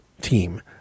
team